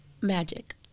magic